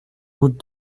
route